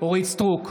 אורית מלכה סטרוק,